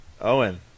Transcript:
Owen